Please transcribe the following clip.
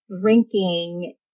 drinking